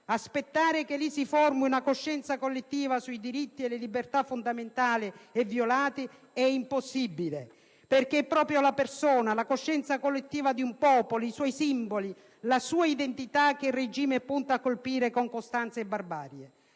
Aspettare che lì si formi una coscienza collettiva sui diritti e le libertà fondamentali e violati è impossibile, perché è proprio la persona, la coscienza collettiva di un popolo, i suoi simboli, la sua identità che il regime punta a colpire con costanza e barbarie.